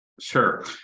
Sure